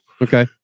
Okay